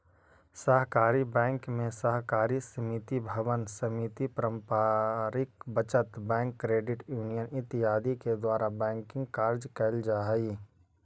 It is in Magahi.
सहकारी बैंक में सहकारी समिति भवन समिति पारंपरिक बचत बैंक क्रेडिट यूनियन इत्यादि के द्वारा बैंकिंग कार्य कैल जा हइ